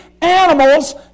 animals